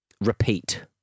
repeat